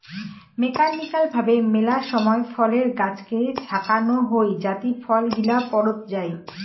mechanical ভাবে মেলা সময় ফলের গাছকে ঝাঁকানো হই যাতি ফল গিলা পড়ত যাই